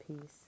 peace